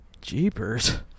Jeepers